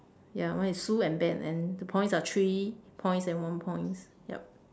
ya mine is sue and ben and the points are three points and one points yup